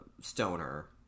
stoner